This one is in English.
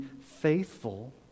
faithful